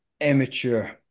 immature